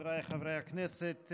חבריי חברי הכנסת,